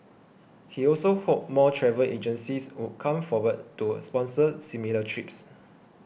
he also hoped more travel agencies would come forward to sponsor similar trips